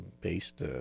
based